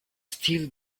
still